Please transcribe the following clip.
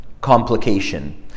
complication